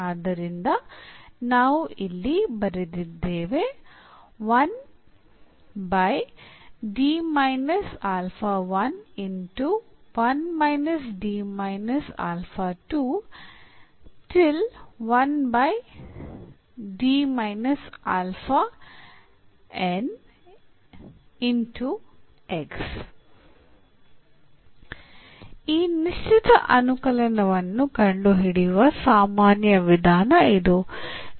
ಆದ್ದರಿಂದ ನಾವು ಇಲ್ಲಿ ಬರೆದಿದ್ದೇವೆ ಈ ನಿಶ್ಚಿತ ಅನುಕಲನವನ್ನು ಕಂಡುಹಿಡಿಯುವ ಸಾಮಾನ್ಯ ವಿಧಾನ ಇದು